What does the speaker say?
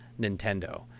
Nintendo